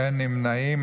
אין נמנעים.